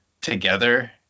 together